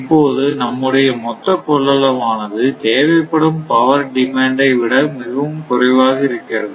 இப்போது நம்முடைய மொத்த கொள்ளளவானது தேவைப்படும் பவர் டிமாண்ட் ஐ விட மிகவும் குறைவாக இருக்கிறது